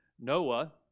Noah